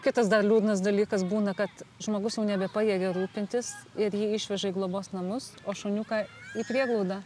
kitas dar liūdnas dalykas būna kad žmogus jau nebepajėgia rūpintis ir jį išvežė į baudos namus o šuniuką į prieglaudą